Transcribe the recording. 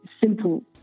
simple